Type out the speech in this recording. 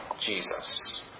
Jesus